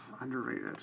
underrated